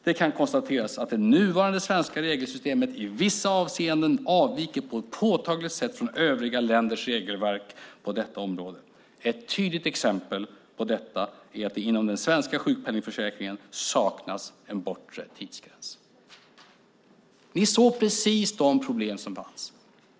Det kan konstateras att det nuvarande svenska regelsystemet i vissa avseenden avvikit på ett påtagligt sätt från övriga länders regelverk på området. Ett tydligt exempel på detta är att det inom den svenska sjukpenningförsäkringen saknas en bortre tidsgräns. Vi såg precis de problem som fanns.